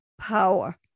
power